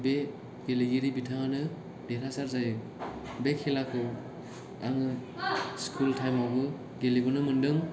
बे गेलेगिरि बिथाङानो देरहासात जायो बे खेलाखौ आङो स्कुल थाएमावबो गेलेबोनो मोनदों